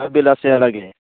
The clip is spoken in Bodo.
दा बेलासेहालागै